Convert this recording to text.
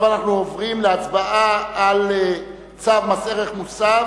ועכשיו אנו מצביעים על צו מס ערך מוסף